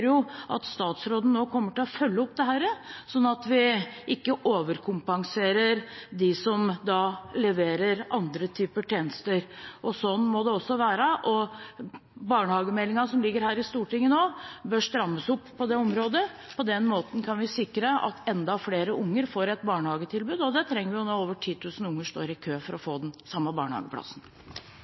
at statsråden nå kommer til å følge opp dette, sånn at vi ikke overkompenserer dem som leverer andre typer tjenester. Sånn må det også være. Barnehagemeldingen som ligger her i Stortinget nå, bør strammes opp på dette området. På den måten kan vi sikre at enda flere unger får et barnehagetilbud, og det trenger vi når over 10 000 unger står i kø for å få barnehageplass. Dette har vært en særdeles interessant debatt. Den